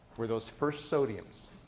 were those first sodiums.